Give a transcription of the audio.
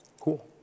Cool